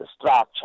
structure